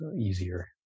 easier